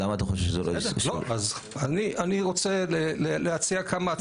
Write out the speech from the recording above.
אני רוצה להציע כמה הצעות.